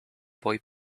boy